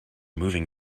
moving